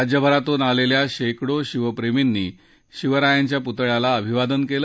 राज्यभरातून आलेल्या शेकडो शिवप्रेमींनी शिवरायांच्या पुतळ्याला अभिवादन केलं